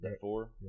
Four